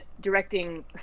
directing